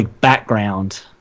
background